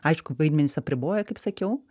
aišku vaidmenys apriboja kaip sakiau